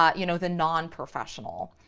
um you know, the nonprofessional.